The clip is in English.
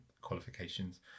qualifications